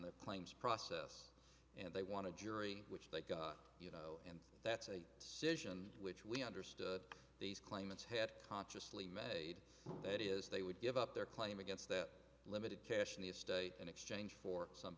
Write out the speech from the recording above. the claims process and they want to jury which they got you know and that's a decision which we understood these claimants had consciously made that is they would give up their claim against that limited cash in the estate in exchange for some